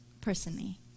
personally